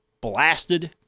blasted